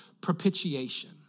propitiation